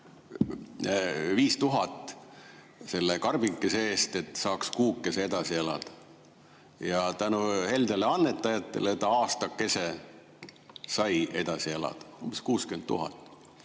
5000 selle karbikese eest, et saaks kuukese edasi elada. Ja tänu heldetele annetajatele sai ta aastakese edasi elada. Umbes 60 000.